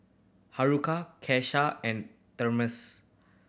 Haruko Kesha and Damars